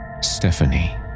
Stephanie